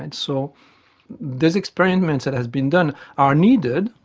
and so these experiments that have been done are needed,